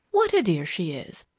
what a dear she is!